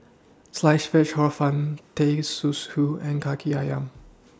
Sliced Fish Hor Fun Teh Susu and Kaki Ayam